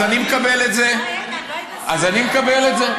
אז אני מקבל את זה.